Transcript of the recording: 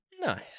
Nice